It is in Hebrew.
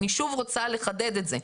אני שוב רוצה לחדד את זה,